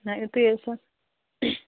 نَہ یوتٕے